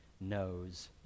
knows